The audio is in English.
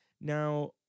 Now